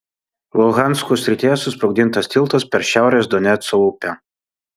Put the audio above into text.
luhansko srityje susprogdintas tiltas per šiaurės doneco upę